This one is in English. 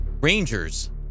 Rangers